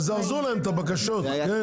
אז תזרזו להם את הבקשות, כן.